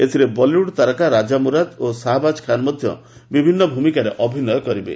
ଏଥିରେ ବଲିଉଡ ତାରକା ରାବା ମୁରାଦ ଏବଂ ଶାହାବାବ ଖାନ ମଧ୍ୟ ବିଭିନ୍ନ ଭୂମିକାରେ ଅଭିନୟ କରିବେ